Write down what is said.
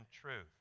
truth